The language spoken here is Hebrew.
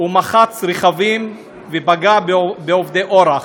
ומחץ רכבים ופגע בעוברי אורח.